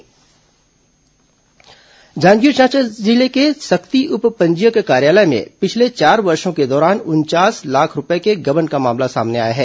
पंजीयन शुल्क गबन जांजगीर चांपा जिले के सक्ती उप पंजीयक कार्यालय में पिछले चार वर्षो के दौरान उनचास लाख रूपये के गबन का मामला सामने आया है